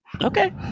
Okay